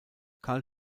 karl